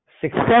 success